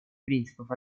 принципов